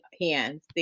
hands